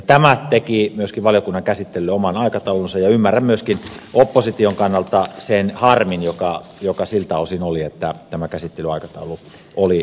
tämä teki myöskin valiokunnan käsittelylle oman aikataulunsa ja ymmärrän myöskin opposition kannalta sen harmin joka siltä osin oli että tämä käsittelyaikataulu oli näin lyhyt